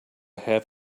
have